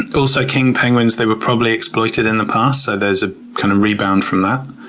also, king penguins, they were probably exploited in the past, so there's a kind of rebound from that.